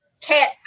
cat